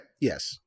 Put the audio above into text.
Yes